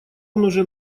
уже